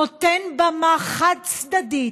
נותן במה חד-צדדית,